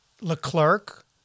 Leclerc